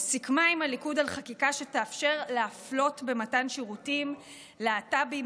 סיכמה עם הליכוד על חקיקה שתאפשר להפלות במתן שירותים להט"בים,